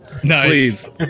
please